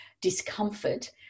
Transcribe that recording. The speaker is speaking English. discomfort